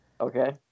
Okay